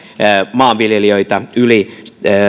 maanviljelijöitä yli